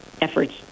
efforts